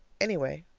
anyway,